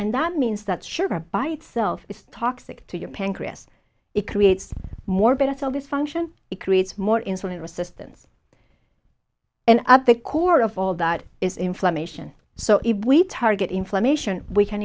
and that means that sugar by itself is toxic to your pancreas it creates more better cell dysfunction it creates more insulin resistance and at the core of all that is inflammation so if we target inflammation we can